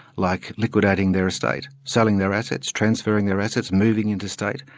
like liquid-adding their estate, selling their assets, transferring their assets, moving interstate,